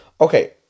Okay